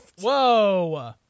Whoa